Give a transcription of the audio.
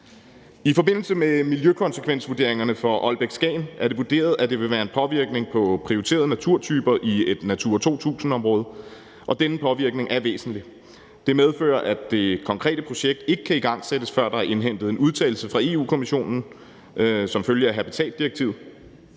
I forbindelse med miljøkonsekvensvurderingerne for Ålbæk-Skagen er det vurderet, at det vil være en påvirkning af prioriterede naturtyper i et Natura 2000-område og denne påvirkning er væsentlig. Det medfører, at det konkrete projekt ikke kan igangsættes, før der er indhentet en udtalelse fra Europa-Kommissionen som følge af habitatdirektivet.